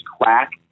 quack